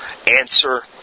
Answer